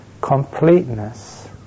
completeness